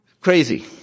crazy